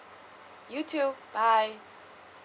you too bye